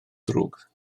ddrwg